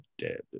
dead